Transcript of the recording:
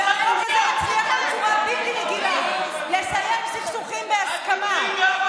והחוק הזה מצליח בצורה בלתי רגילה לסיים סכסוכים בהסכמה,